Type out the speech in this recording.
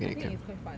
I think it's quite fun